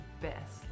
best